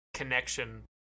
Connection